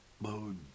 mode